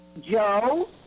Joe